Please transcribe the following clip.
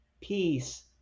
peace